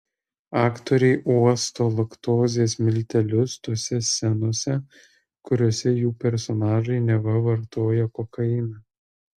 aktoriai uosto laktozės miltelius tose scenose kuriose jų personažai neva vartoja kokainą